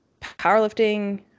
Powerlifting